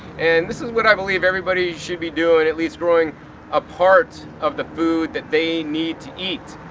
and this is what i believe everybody should be doing, at least growing a part of the food that they need to eat.